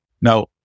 Now